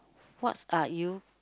what are you